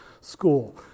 school